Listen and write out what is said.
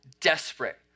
desperate